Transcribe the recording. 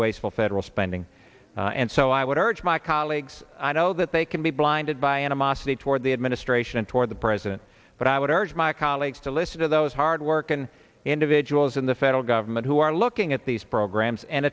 wasteful federal spending and so i would urge my colleagues i know that they can be blinded by animosity toward the administration and toward the president but i would urge my colleagues to listen to those hard work and individuals in the federal government who are looking at these programs and